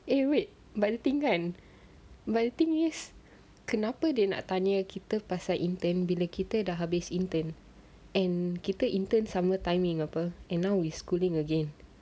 eh wait but the thing kan but the thing is kenapa dia nak tanya kita pasal intern bila kita dah habis intern and kita intern sama timing [pe] and now we schooling again